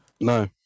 No